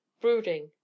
brooding